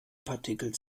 partikel